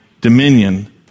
dominion